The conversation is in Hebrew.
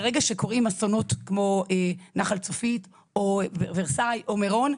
ברגע שקורים אסונות כמו נחל צפית או ורסאי או מירון,